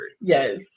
Yes